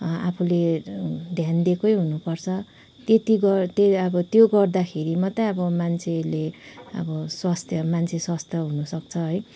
आफूले ध्यान दिएकै हुनपर्छ त्यति गर्दा अब त्यो गर्दाखेरि मात्रै अब मान्छेले अब स्वास्थ्य मान्छे मान्छे स्वस्थ्य हुनसक्छ है